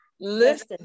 Listen